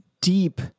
deep